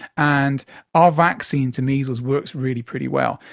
and our vaccine to measles works really pretty well.